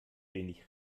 wenig